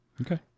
Okay